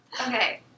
Okay